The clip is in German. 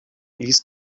ließ